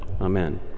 Amen